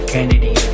Kennedy